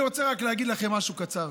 אני רוצה רק להגיד לכם משהו קצר.